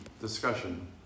discussion